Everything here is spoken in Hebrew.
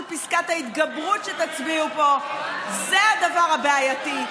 פסקת ההתגברות שתצביעו פה הן הדבר הבעייתי,